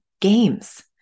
games